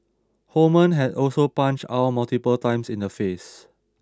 Holman had also punched Ow multiple times in the face